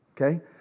Okay